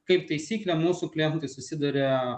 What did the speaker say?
kaip taisyklė mūsų klientai susiduria